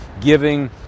giving